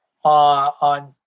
On